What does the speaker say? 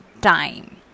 time